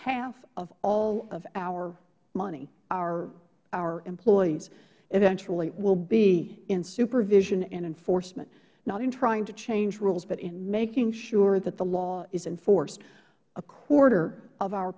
half of all of our money our employees eventually will be in supervision and enforcement not in trying to change rules but in making sure that the law is enforced a quarter of our